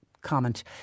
comment